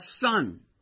son